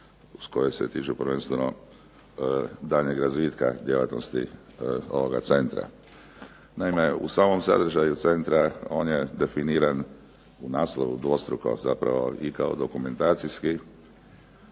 koje se tiču prvenstveno daljnjeg razvitka djelatnosti ovoga centra. Naime, u samom sadržaju centra on je definiran u naslovu dvostruko, zapravo kao dokumentacijski